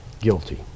Guilty